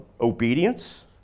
obedience